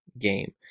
game